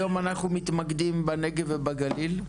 היום אנחנו מתמקדים בנגב ובגליל.